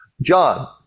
John